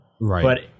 Right